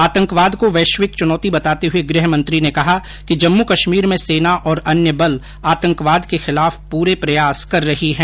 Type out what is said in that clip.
आतंकवाद को वैश्विक च्नौती बताते हुए गृह मंत्री ने कहा कि जम्मू कश्मीर में सेना और अन्य बल आतंकवाद के खिलाफ पूरे प्रयास कर रही है